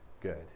good